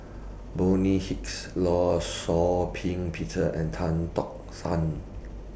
Bonny Hicks law Shau Ping Peter and Tan Tock San